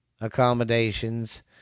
accommodations